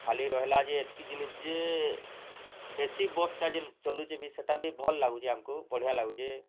ଖାଲି ରହିଲା ଯେ ଏତ୍କି ଜିନିଷ୍ କେ ଏ ସି ବସ୍ଟା ଯିନ୍ ଚାଲୁଛି ସେଟା ବି ଭଲ୍ ଲାଗୁଛି ଆମ୍କୁ ବଢ଼ିଆ ଲାଗୁଛି